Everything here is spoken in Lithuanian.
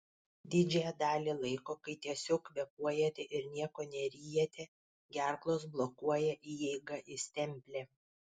didžiąją dalį laiko kai tiesiog kvėpuojate ir nieko neryjate gerklos blokuoja įeigą į stemplę